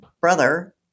brother